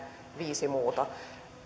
viisi muuta